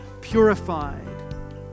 purified